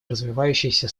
развивающейся